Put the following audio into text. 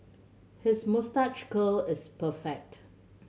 his moustache curl is perfect